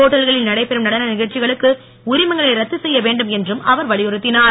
ஒட்டல்களில் நடைபெறும் நடன நிகழ்ச்சிகளுக்கு உரிமங்களை ரத்து செய்ய வேண்டும் என்றும் அவர் வலியுறுத்தினார்